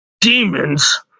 Demons